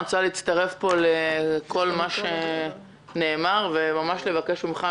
אני רוצה להצטרף אל כל מה שנאמר וממש לבקש ממך,